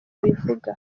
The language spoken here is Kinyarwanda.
abivuga